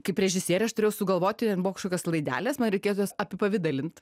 kaip režisierė aš turėjau sugalvoti buvo kažkokios laidelės man reikėjo jas apipavidalint